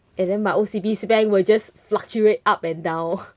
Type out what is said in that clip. and then my O_C_B_C bank will just fluctuate up and down